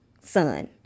son